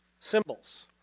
Symbols